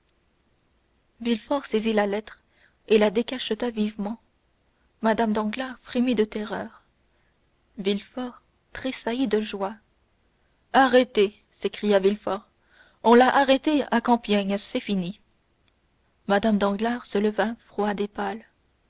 villefort saisit la lettre et la décacheta vivement mme danglars frémit de terreur villefort tressaillit de joie arrêté s'écria villefort on l'a arrêté à compiègne c'est fini mme danglars se leva froide et